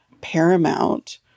paramount